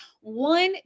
One